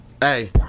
hey